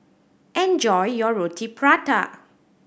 enjoy your Roti Prata